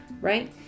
Right